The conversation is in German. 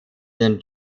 den